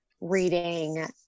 reading